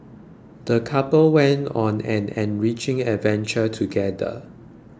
the couple went on an enriching adventure together